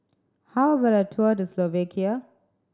how about a tour Slovakia